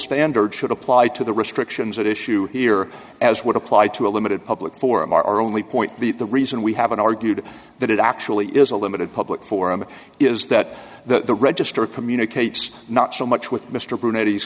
standard should apply to the restrictions at issue here as would apply to a limited public forum our only point the reason we haven't argued that it actually is a limited public forum is that the register communicates not so much with mr brunett